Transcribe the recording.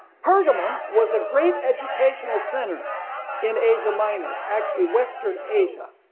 pergamum was a great educational center in asia minor actually western asia.